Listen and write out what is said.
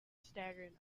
staggered